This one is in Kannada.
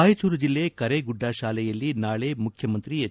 ರಾಯಚೂರು ಜಿಲ್ಲೆ ಕರೇಗುಡ್ಡ ಶಾಲೆಯಲ್ಲಿ ನಾಳೆ ಮುಖ್ಯಮಂತ್ರಿ ಎಚ್